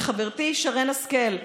לחברתי שרן השכל,